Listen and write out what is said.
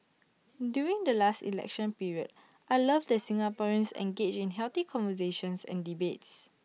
during the last election period I love that Singaporeans engage in healthy conversations and debates